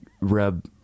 rub